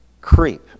creep